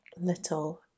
little